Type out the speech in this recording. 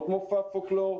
עוד פעילות פולקלור,